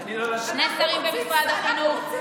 שני שרים במשרד החינוך,